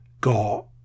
got